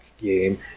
game